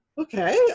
Okay